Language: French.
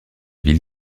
ville